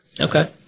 okay